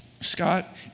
Scott